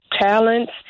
talents